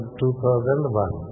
2001